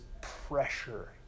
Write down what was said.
pressure